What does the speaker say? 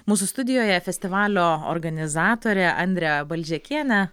mūsų studijoje festivalio organizatorė andrė balžekienė